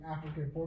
African